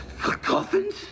coffins